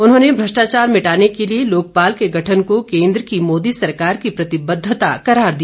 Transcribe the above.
उन्होंने भ्रष्टाचार मिटाने के लिए लोकपाल के गठन को केंद्र की मोदी सरकार की प्रतिबद्धता करार दिया